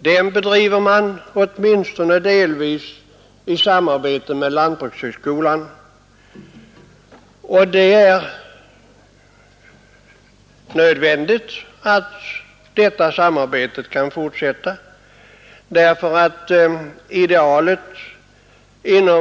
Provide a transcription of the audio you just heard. Den bedriver man, åtminstone delvis, i samarbete med lantbrukshögskolan. Det är nödvändigt att detta samarbete kan fortsätta.